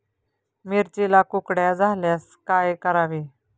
मिरचीला कुकड्या झाल्यास काय करावे?